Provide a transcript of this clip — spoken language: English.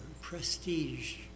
prestige